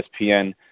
ESPN